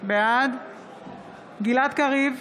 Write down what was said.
בעד גלעד קריב,